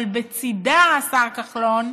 אבל בצידה, השר כחלון,